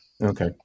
Okay